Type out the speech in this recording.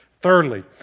Thirdly